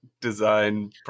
design